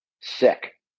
sick